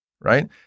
right